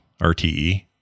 RTE